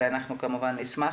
ואנחנו כמובן נשמח,